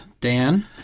Dan